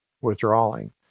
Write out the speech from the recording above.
withdrawing